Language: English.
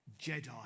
Jedi